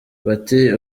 bati